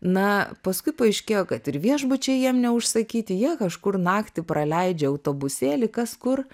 na paskui paaiškėjo kad ir viešbučiai jiem neužsakyti jie kažkur naktį praleidžia autobusėly kas kur